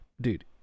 Dude